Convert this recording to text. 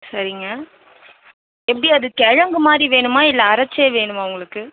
சரிங்க எப்படி அது கிழங்கு மாதிரி வேணுமா இல்லை அரைச்சே வேணுமா உங்களுக்கு